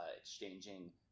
exchanging